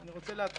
אני רוצה להתחיל